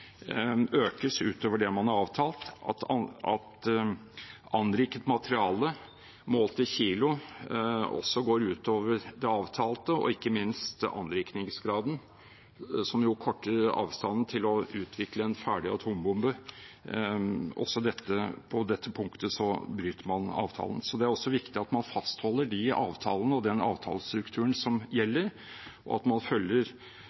økes utover det man har avtalt, at anriket materiale målt i kilo også går utover det avtalte, og ikke minst på anrikingsgraden, som korter avstanden til å utvikle en ferdig atombombe. Også på dette punktet bryter man avtalen. Så det er viktig at man fastholder de avtalene og den avtalestrukturen som gjelder, og at man følger